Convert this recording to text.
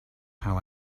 how